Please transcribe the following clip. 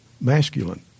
masculine